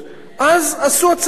אז עשו הצעת חוק,